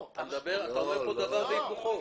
אתה אומר פה דבר והיפוכו.